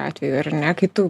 atveju ar ne kai tu